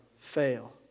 fail